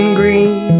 green